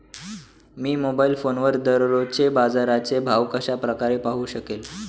मी mobile फोनवर दररोजचे बाजाराचे भाव कशा प्रकारे पाहू शकेल?